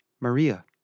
Maria